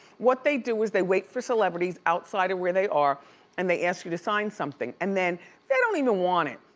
what they do is they wait for celebrities outside of where they are and they ask you to sign something, and then don't even want it.